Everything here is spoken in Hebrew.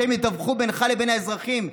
שהם יתווכו בינך לבין האזרחים.